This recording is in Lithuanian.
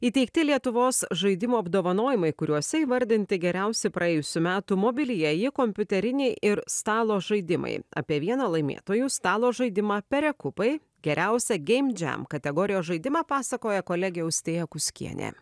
įteikti lietuvos žaidimų apdovanojimai kuriuose įvardinti geriausi praėjusių metų mobilieji kompiuteriniai ir stalo žaidimai apie vieną laimėtojų stalo žaidimą perekupai geriausia geimdžem kategorijos žaidimą pasakoja kolegė austėja kuskienė